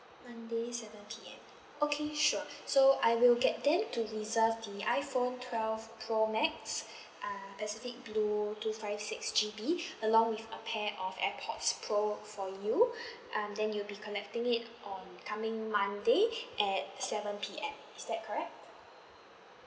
monday seven P_M okay sure so I will get them to deserve the iphone twelve pro max uh pacific blue two five six G_B along with a pair of airpods pro for you um then you'll be collecting it on coming monday at seven P_M is that correct